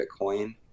Bitcoin